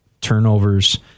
Turnovers